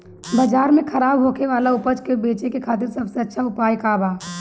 बाजार में खराब होखे वाला उपज को बेचे के खातिर सबसे अच्छा उपाय का बा?